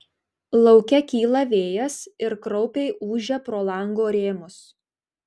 lauke kyla vėjas ir kraupiai ūžia pro lango rėmus